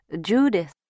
Judith